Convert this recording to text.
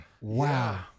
wow